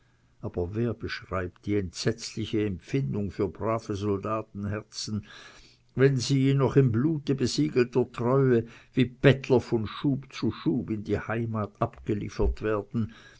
aber wer beschreibt die entsetzliche empfindung für brave soldatenherzen wenn sie im blute besiegelter treue wie bettler von schub zu schub in die heimat abgeliefert werden